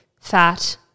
fat